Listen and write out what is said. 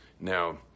Now